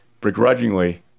begrudgingly